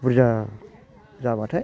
बुरजा जाबाथाय